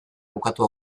bukatu